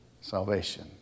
salvation